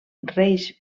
reis